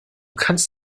kannst